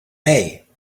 bay